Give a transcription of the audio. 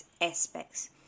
aspects